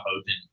open